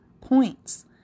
points